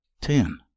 ten